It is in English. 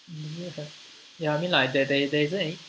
ya I mean like there there isn't any